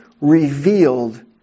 revealed